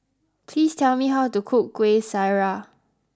please tell me how to cook Kuih Syara